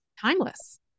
Timeless